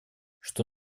что